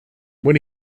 when